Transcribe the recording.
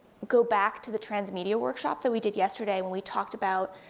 go back to the transmedia workshop that we did yesterday when we talked about,